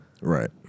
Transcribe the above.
Right